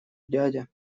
дядя